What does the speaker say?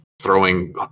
throwing